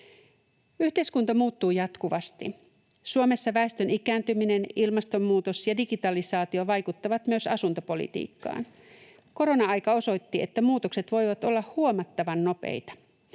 Yhteiskunta muuttuu jatkuvasti. Suomessa väestön ikääntyminen, ilmastonmuutos ja digitalisaatio vaikuttavat myös asuntopolitiikkaan. Korona-aika osoitti, että muutokset voivat olla huomattavan nopeita.